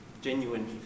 genuine